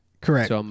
Correct